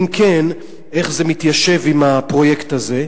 אם כן, איך זה מתיישב עם הפרויקט הזה?